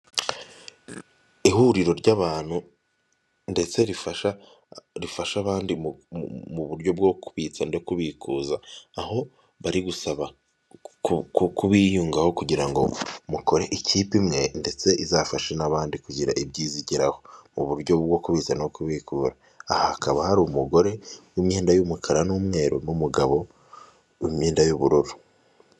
Ihuriro ry'abantu ndetse rifasha abandi mu buryo bwo kubitsa no kubikuza, aho bari gusaba kubiyungaho kugira ngo mukore ikipe imwe ndetse izafashe n'abandi kugira ibyiza igeraho mu buryo bwo kubitsa no kubikura, aha hakaba hari umugore w'imyenda y'umukara n'umweru n'umugabo w'imyenda y'ubururu.